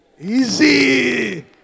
Easy